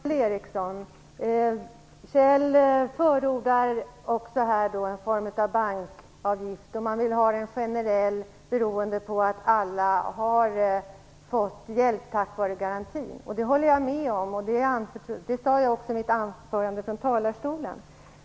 Herr talman! Kjell Ericsson förordar en form av bankavgift. Han vill att den skall vara generell beroende på att alla har fått hjälp tack vare garantin. Det håller jag med om, och det sade jag också i mitt anförande.